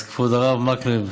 אז כבוד הרב מקלב,